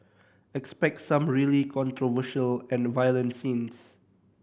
expect some really controversial and violent scenes